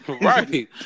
Right